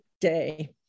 day